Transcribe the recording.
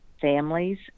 families